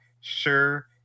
sure